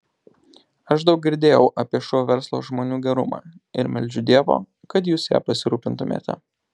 aš daug girdėjau apie šou verslo žmonių gerumą ir meldžiu dievo kad jūs ja pasirūpintumėte